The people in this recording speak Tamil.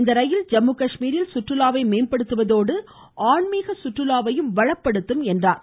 இந்த ரயில் ஜம்முகாஷ்மீரில் சுற்றுலாவை மேம்படுத்துவதோடு சுற்றுலாவை வளப்படுத்தும் என்றார்